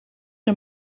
een